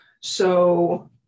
So-